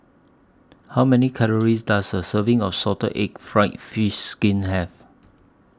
How Many Calories Does A Serving of Salted Egg Fried Fish Skin Have